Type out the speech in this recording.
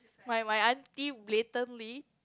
my my auntie blatantly